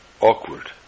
awkward